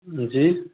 जी